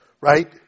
right